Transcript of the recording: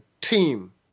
team